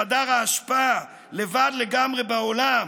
בחדר האשפה, לבד לגמרי בעולם.